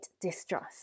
distrust